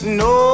no